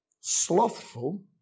slothful